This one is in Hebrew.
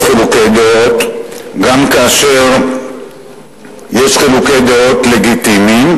חילוקי דעות גם כאשר יש חילוקי דעות לגיטימיים,